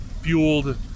fueled